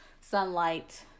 sunlight